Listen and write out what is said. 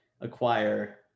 acquire